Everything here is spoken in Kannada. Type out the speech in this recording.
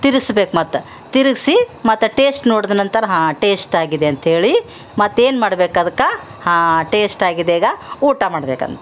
ತಿರ್ಗಿಸ್ಬೇಕು ಮತ್ತು ತಿರ್ಗಿಸಿ ಮತ್ತು ಟೇಶ್ಟ್ ನೋಡಿದ್ ನಂತರ ಹಾಂ ಟೇಶ್ಟ್ ಆಗಿದೆ ಅಂಥೇಳಿ ಮತ್ತೇನು ಮಾಡ್ಬೇಕು ಅದಕ್ಕೆ ಹಾಂ ಟೇಶ್ಟ್ ಆಗಿದೆ ಈಗ ಊಟ ಮಾಡ್ಬೇಕಂತ